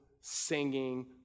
singing